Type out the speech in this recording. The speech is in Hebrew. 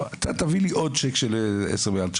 אתה תביא לי עוד צ'ק של 10 מיליון.